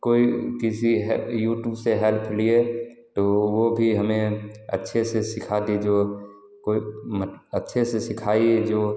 कोई किसी यूटूब से हेल्प लिए तो वह भी हमें अच्छे से सिखा दी जो कोई अच्छे से सिखाई है जो